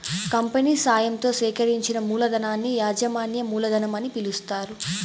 company సాయంతో సేకరించిన మూలధనాన్ని యాజమాన్య మూలధనం అని పిలుస్తారు